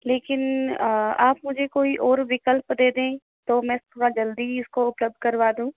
लेकिन आप मुझे कोई और विकल्प दे दें तो मैं थोड़ा जल्दी इसको उपलब्ध करवा दूँ